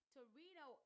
Torino